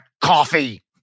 coffee